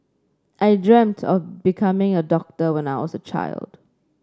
I dreamt of becoming a doctor when I was a child